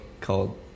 called